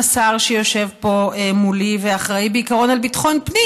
השר שיושב פה מולי ואחראי בעיקרון לביטחון פנים,